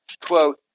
quote